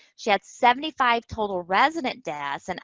she had seventy five total resident deaths, and